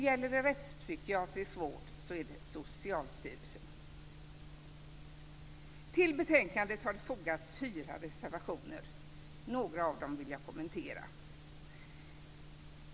Gäller det rättspsykiatrisk vård så är det Socialstyrelsen som ska göra det. I betänkandet finns det fyra reservationer. Ett par av dem vill jag kommentera.